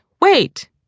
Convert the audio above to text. wait